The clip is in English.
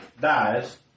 dies